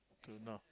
K now